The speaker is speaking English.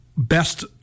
best